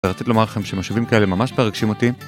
ורציתי לומר לכם שמשובים כאלה ממש מרגשים אותי